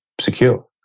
secure